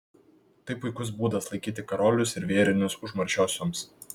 tai puikus būdas laikyti karolius ir vėrinius užmaršiosioms